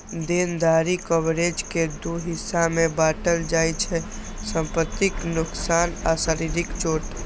देनदारी कवरेज कें दू हिस्सा मे बांटल जाइ छै, संपत्तिक नोकसान आ शारीरिक चोट